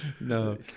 no